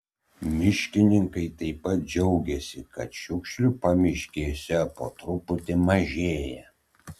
miškininkai taip pat džiaugiasi kad šiukšlių pamiškėse po truputį mažėja